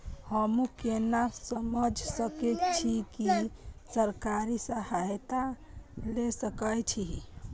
हमू केना समझ सके छी की सरकारी सहायता ले सके छी?